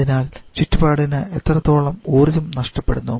അതിനാൽ ചുറ്റുപാടിന് എത്രത്തോളം ഊർജ്ജം നഷ്ടപ്പെടുന്നു